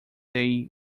they